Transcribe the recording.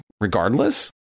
regardless